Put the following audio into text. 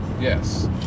Yes